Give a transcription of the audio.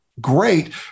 great